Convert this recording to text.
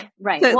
Right